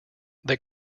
they